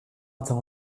atteint